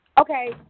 Okay